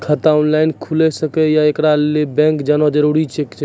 खाता ऑनलाइन खूलि सकै यै? एकरा लेल बैंक जेनाय जरूरी एछि?